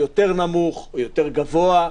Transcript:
יותר נמוך או יותר גבוה,